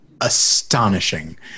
astonishing